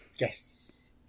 Yes